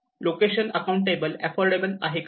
location accountable affordable आहे काय